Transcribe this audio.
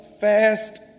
fast